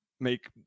Make